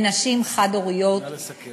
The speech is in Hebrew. נשים חד-הוריות, נא לסכם.